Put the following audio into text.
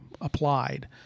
applied